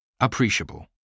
Appreciable